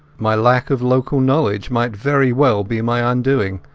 my lack of local knowledge might very well be my undoing,